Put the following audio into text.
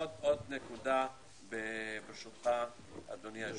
(היו"ר טלי פלוסקוב,